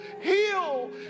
heal